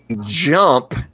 jump